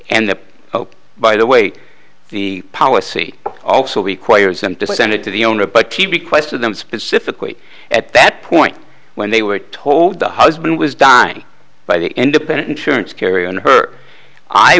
and hope by the way the policy also requires them to send it to the owner but tb questioned them specifically at that point when they were told the husband was dying by the independent insurance carrier in her i